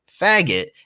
faggot